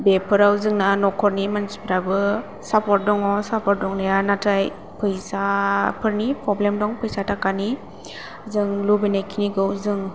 बेफोराव जोंना नखरनि मानसिफोराबो सापर्ट दङ सापर्ट दंनाया नाथाय फैसाफोरनि प्रब्लेम दं फैसा थाखानि जों लुबैनाय खिनिखौ जों